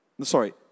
sorry